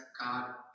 God